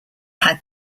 had